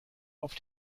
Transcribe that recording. auf